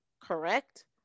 correct